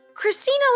Christina